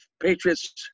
Patriots